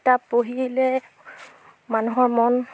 কিতাপ পঢ়িলে মানুহৰ মন